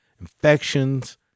infections